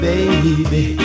Baby